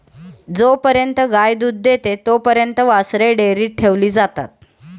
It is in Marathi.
जोपर्यंत गाय दूध देते तोपर्यंत वासरे डेअरीत ठेवली जातात